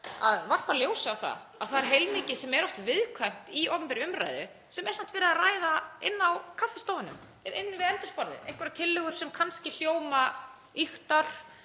að varpa ljósi á að það er heilmikið sem er oft viðkvæmt í opinberri umræðu sem er samt verið að ræða inni á kaffistofunum, við eldhúsborðið, einhverjar tillögur sem kannski hljóma ýktar,